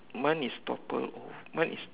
mine is toppled over mine is